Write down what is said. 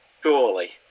surely